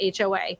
HOA